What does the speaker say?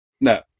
no